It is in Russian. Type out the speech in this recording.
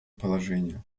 положения